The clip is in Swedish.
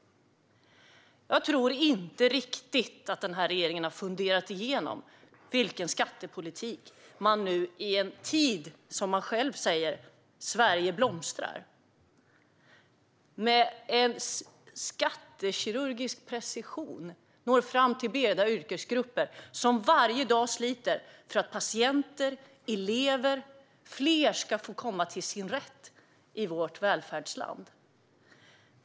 Jag tror inte riktigt att denna regering har funderat igenom sin skattepolitik i en tid då, som man själv säger, Sverige blomstrar. Med skattekirurgisk precision når man fram till breda yrkesgrupper, som varje dag sliter för att fler patienter och elever ska få komma till sin rätt i vårt välfärdsland.